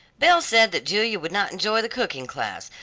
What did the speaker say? belle said that julia would not enjoy the cooking class,